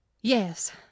Yes